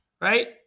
right